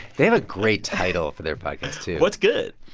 they have a great title for their podcast, too what's good.